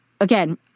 again